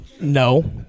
no